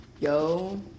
Yo